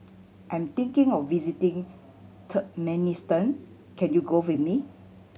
I'm thinking of visiting Turkmenistan can you go with me